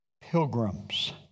pilgrims